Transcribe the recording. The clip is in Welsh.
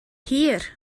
hir